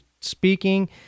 speaking